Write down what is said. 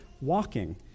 Walking